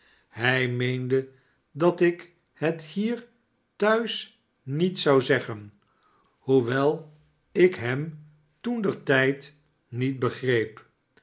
hij meende dat ik het hier thuis niet zou zeggen hoewel ik hem toen ter tijd niet begreep